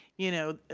you know,